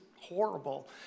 horrible